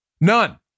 none